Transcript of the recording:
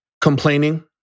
Complaining